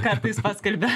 kartais paskelbia